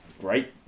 great